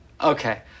Okay